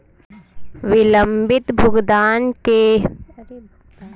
विलंबित भुगतान के मानक में थोड़ा लचीलापन होना चाहिए